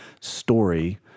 story